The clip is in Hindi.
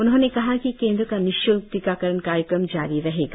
उन्होंने कहा कि केन्द्र का निश्ल्क टीकाकरण कार्यक्रम जारी रहेगा